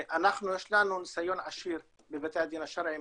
אנחנו יש לנו ניסיון עשיר בבתי הדין השרעיים